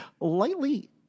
lightly